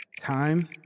Time